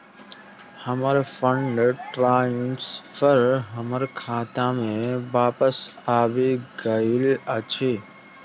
हमर fund transfer हमर खाता मे बापस आबि गइल अछि